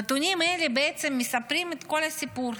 נתונים אלה בעצם מספרים את כל הסיפור,